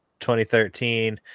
2013